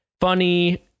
funny